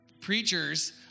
preachers